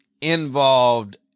involved